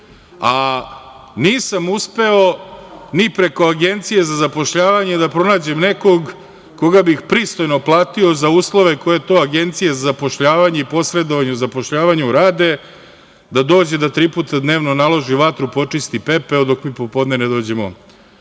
a nisam uspeo ni preko Agencije za zapošljavanje da pronađem nekog koga bih pristojno platio za uslove koje to agencije za zapošljavanje i posredovanje u zapošljavanju rade, da dođe da tri puta dnevno naloži vatru, počisti pepeo dok mi popodne ne dođemo